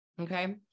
Okay